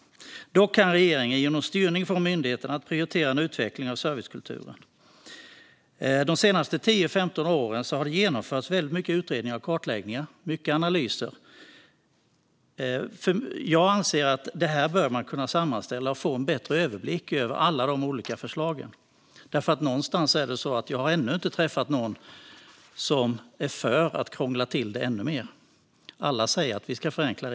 Dock kan regeringen genom styrning få myndigheterna att prioritera en utveckling av servicekulturen. De senaste 10-15 åren har det genomförts väldigt många utredningar, kartläggningar och analyser. Jag anser att man bör kunna sammanställa detta och få en bättre överblick över alla olika förslag. Jag har ännu inte träffat någon som är för att krångla till det ännu mer. Alla säger att reglerna ska förenklas.